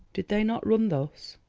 did they not run thus?